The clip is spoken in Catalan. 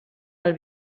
del